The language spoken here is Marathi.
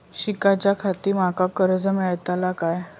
शिकाच्याखाती माका कर्ज मेलतळा काय?